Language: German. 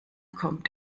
kommt